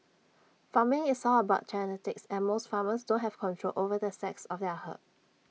farming is all about genetics and most farmers don't have control over the sex of their herd